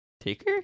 Taker